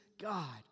God